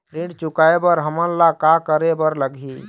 ऋण चुकाए बर हमन ला का करे बर लगही?